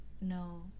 No